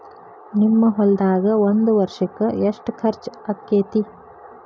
ನಿಮ್ಮ ಹೊಲ್ದಾಗ ಒಂದ್ ವರ್ಷಕ್ಕ ಎಷ್ಟ ಖರ್ಚ್ ಆಕ್ಕೆತಿ?